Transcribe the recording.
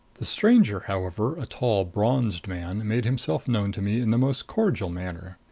the stranger, however a tall bronzed man made himself known to me in the most cordial manner.